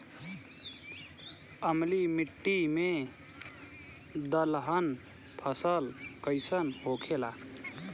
अम्लीय मिट्टी मे दलहन फसल कइसन होखेला?